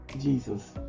jesus